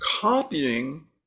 copying